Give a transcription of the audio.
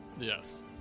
yes